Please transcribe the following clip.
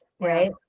right